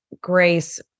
grace